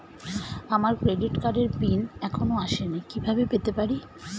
আমার ক্রেডিট কার্ডের পিন এখনো আসেনি কিভাবে পেতে পারি?